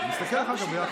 נסתכל אחר כך ביחד.